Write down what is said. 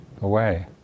away